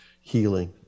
healing